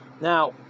Now